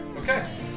okay